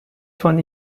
von